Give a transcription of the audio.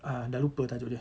uh dah lupa tajuk dia